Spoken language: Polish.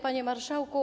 Panie Marszałku!